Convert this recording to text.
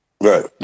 Right